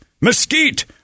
mesquite